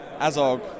Azog